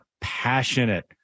passionate